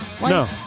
No